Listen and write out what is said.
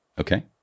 Okay